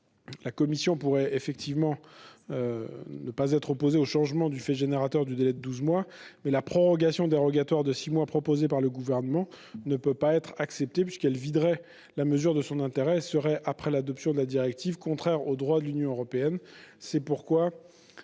La commission pourrait accepter de modifier le fait générateur du délai de douze mois, mais la prorogation dérogatoire de six mois proposée par le Gouvernement ne peut pas être acceptée : elle viderait la mesure de son intérêt et serait, après l'adoption de la directive, contraire au droit de l'Union européenne. C'est pourquoi